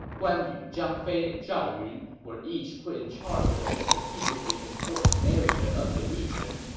guan yu, zhang fei, and zhao yun were each put in charge of a strategically important area of the region.